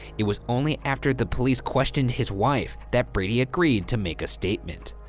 it was only after the police questioned his wife that brady agreed to make a statement.